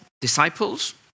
disciples